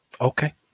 Okay